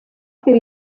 per